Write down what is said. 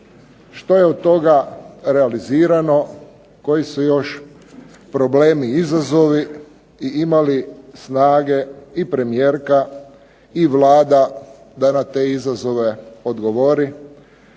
što je od toga realizirano, koji su još problemi i izazovi, i ima li snage i premijerka i Vlada da na te izazove odgovori,